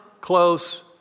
close